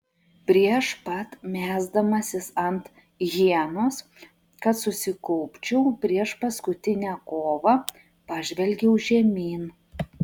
prieš pat mesdamasis ant hienos kad susikaupčiau prieš paskutinę kovą pažvelgiau žemyn